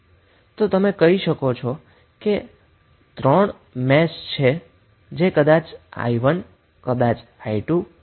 તો તમે કહો છો કે 3 મેશ છે જે કદાચ i1 i2 અને i3 છે